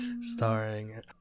starring